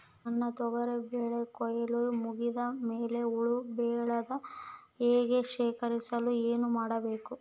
ನನ್ನ ತೊಗರಿ ಬೆಳೆಗೆ ಕೊಯ್ಲು ಮುಗಿದ ಮೇಲೆ ಹುಳು ಬೇಳದ ಹಾಗೆ ಶೇಖರಿಸಲು ಏನು ಮಾಡಬೇಕು?